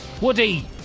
Woody